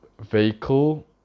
vehicle